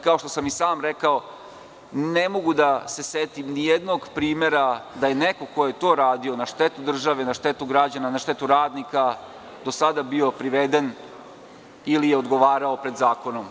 Kao što sam i sam rekao, ne mogu da se setim nijednog primera da je neko ko je radio na štetu države i na štetu građana, radnika do sada bio priveden ili odgovarao pred zakonom.